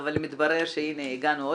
אבל מתברר שהגענו.